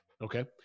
Okay